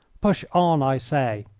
push on, i say!